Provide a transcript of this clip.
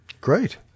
Great